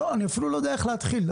אני אפילו לא יודע איך להתחיל.